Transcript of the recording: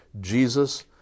Jesus